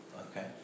Okay